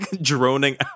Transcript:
droning